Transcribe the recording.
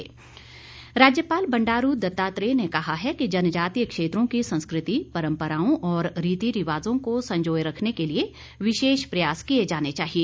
राज्यपाल राज्यपाल बंडारू दत्तात्रेय ने कहा है कि जनजातीय क्षेत्रों की संस्कृति परंपराओं और रीति रिवाजों को संजोए रखने के लिए विशेष प्रयास किए जाने चाहिए